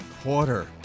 quarter